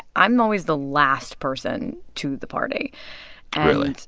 i'm always the last person to the party really